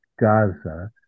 Gaza